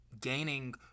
gaining